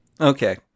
Okay